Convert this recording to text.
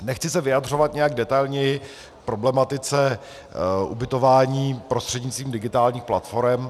Nechci se vyjadřovat nějak detailněji k problematice ubytování prostřednictvím digitálních platforem.